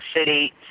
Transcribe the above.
city